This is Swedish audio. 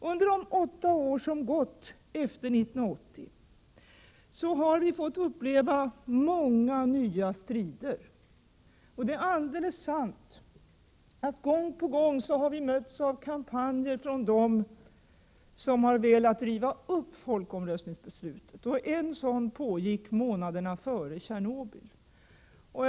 Under de åtta år som har gått efter 1980 har vi fått uppleva många nya strider, och det är alldeles sant att vi gång på gång har mötts av kampanjer från dem som har velat riva upp folkomrösningsbeslutet. En sådan pågick månaderna för Tjernobylolyckan.